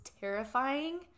terrifying